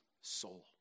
soul